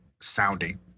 sounding